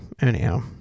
Anyhow